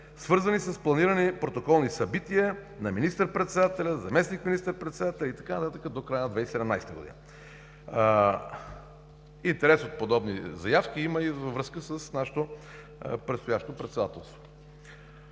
свързани с планирани протоколни събития на министър-председателя, заместник министър-председателя и така нататък до края на 2017 г. Интерес от подобни заявки има и във връзка с нашето предстоящо председателство.